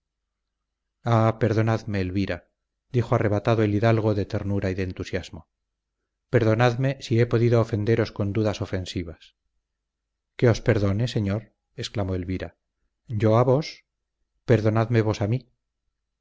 perdonadme elvira dijo arrebatado el hidalgo de ternura y de entusiasmo perdonadme si he podido ofenderos con dudas ofensivas que os perdone señor exclamó elvira yo a vos perdonadme vos a mí